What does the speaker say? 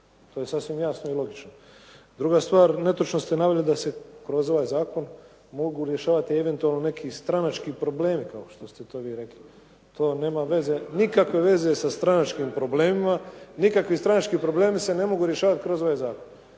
to je sasvim jasno i logično. Druga stvar, netočno ste naveli da se kroz ovaj zakon mogu rješavati eventualno neki stranački problemi kao što ste vi rekli. To nema veze sa nikakvim stranačkim problemima. Nikakvi stranački problemi se ne mogu rješavati kroz ovaj zakon.